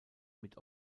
mit